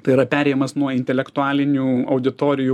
tai yra perėjimas nuo intelektualinių auditorijų